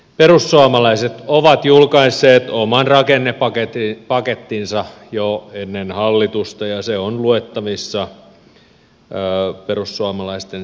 perussuomalaiset ovat julkaisseet oman rakennepakettinsa jo ennen hallitusta ja se on luettavissa perussuomalaisten sivuilta